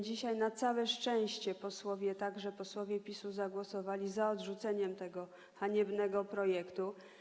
Dzisiaj na całe szczęście posłowie, także posłowie PiS, zagłosowali za odrzuceniem tego haniebnego projektu.